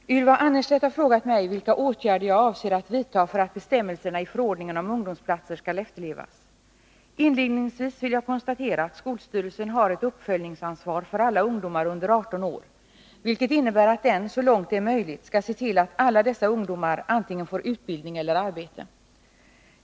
Herr talman! Ylva Annerstedt har frågat mig vilka åtgärder jag avser att vidta för att bestämmelserna i förordningen om ungdomsplatser skall efterlevas. Inledningsvis vill jag konstatera att skolstyrelsen har ett uppföljningsansvar för alla ungdomar under 18 år, vilket innebär att den, så långt det är möjligt, skall se till att alla dessa ungdomar får antingen utbildning eller arbete.